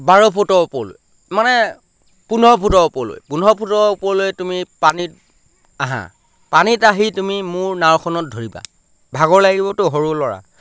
বাৰ ফুটৰ ওপৰলৈ মানে পোন্ধৰ ফুটৰ ওপৰলৈ পোন্ধৰ ফুটৰ ওপৰলৈ তুমি পানীত আহা পানীত আহি তুমি মোৰ নাওখনত ধৰিবা ভাগৰ লাগিবতো সৰু ল'ৰা